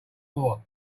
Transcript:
more